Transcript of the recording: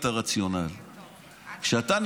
דקה.